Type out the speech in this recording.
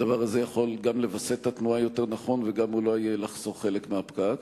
הדבר הזה יכול גם לווסת את התנועה יותר נכון וגם אולי לחסוך חלק מהפקק.